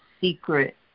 secret